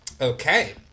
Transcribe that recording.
Okay